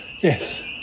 yes